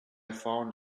found